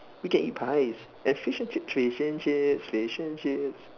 we can eat pies there is fish and chips fish and chips fish and chips